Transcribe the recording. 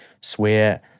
swear